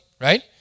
Right